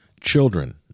children